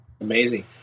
Amazing